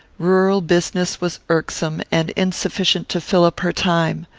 rural business was irksome, and insufficient to fill up her time.